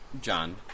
John